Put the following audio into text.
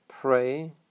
Pray